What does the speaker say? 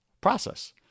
process